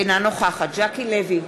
אינה נוכחת ז'קי לוי,